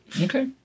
Okay